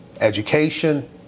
education